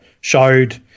showed